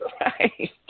Right